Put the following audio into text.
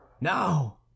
Now